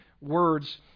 words